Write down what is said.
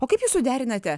o kaip jūs suderinate